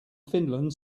finland